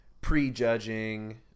prejudging